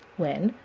when,